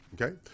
Okay